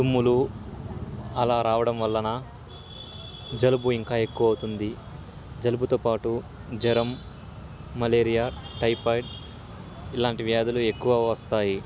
తుమ్ములు అలా రావడం వలన జలుబు ఇంకా ఎక్కువ అవుతుంది జలుబుతో పాటు జ్వరం మలేరియా టైఫాయిడ్ ఇలాంటి వ్యాధులు ఎక్కువ వస్తాయి